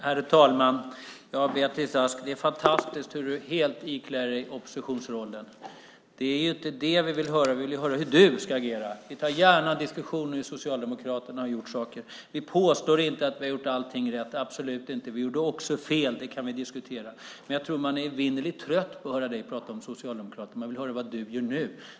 Herr talman! Det är fantastiskt, Beatrice Ask, hur du helt iklär dig oppositionsrollen. Det är inte det vi vill höra. Vi vill höra hur du ska agera. Vi tar gärna diskussionen om hur Socialdemokraterna har gjort saker. Vi påstår inte att vi har gjort allting rätt, absolut inte. Vi gjorde också fel, och det kan vi diskutera. Men man är evinnerligt trött på att höra dig prata om Socialdemokraterna. Vi vill höra vad du gör nu.